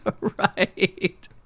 Right